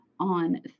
on